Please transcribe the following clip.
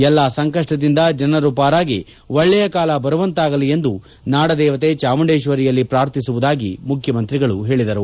ಎಲ್ಲ ಸಂಕಷ್ಟದಿಂದ ಜನರು ಪಾರಾಗಿ ಒಳ್ಳೆಯ ಕಾಲ ಬರುವಂತಾಗಲಿ ಎಂದು ನಾಡದೇವತೆ ಚಾಮುಂಡೇಶ್ವರಿಯಲ್ಲಿ ಪಾರ್ಥಿಸುವುದಾಗಿ ಮುಖ್ಯಮಂತ್ರಿಗಳು ಹೇಳಿದರು